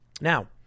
Now